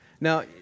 Now